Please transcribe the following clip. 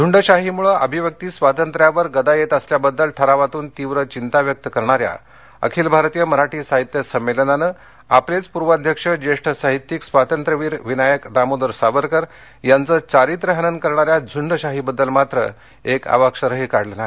झुंडशाहीमुळे अभिव्यक्ती स्वातंत्र्यावर गदा येत असल्याबद्दल ठरावातून तीव्र चिंता व्यक्त करणाऱ्या अखिल भारतीय मराठी साहित्य संमेलनान आपलेच पूर्वाध्यक्ष ज्येष्ठ साहित्यिक स्वातंत्र्यवीर विनायक दामोदर सावरकर यांच चारित्र्यहनन करणाऱ्या झुंडशाहीबद्दल मात्र एक अवाक्षरही काढलं नाही